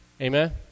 Amen